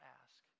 ask